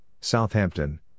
Southampton